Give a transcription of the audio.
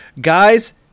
Guys